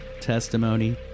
testimony